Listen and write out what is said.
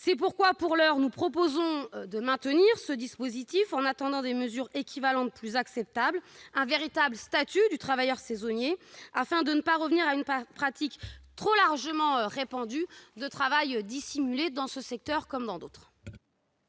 C'est pourquoi, pour l'heure, nous proposons de maintenir ce dispositif, en attendant des mesures équivalentes plus acceptables et un véritable statut du travailleur saisonnier, afin de ne pas favoriser le retour à une pratique trop largement répandue, dans ce secteur comme dans d'autres,